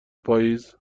پاییز